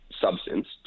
substance